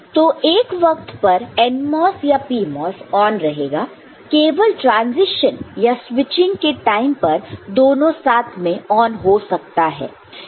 तो एक वक्त पर NMOS या PMOS ऑन रहेगा केवल ट्रांसीशन या स्विचिंग के टाइम पर दोनों साथ में ऑन हो सकता है